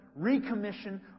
recommission